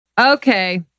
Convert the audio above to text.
okay